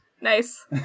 nice